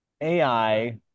AI